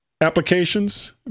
applications